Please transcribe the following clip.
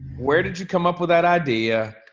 where did you come up with that idea?